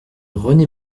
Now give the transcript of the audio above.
rené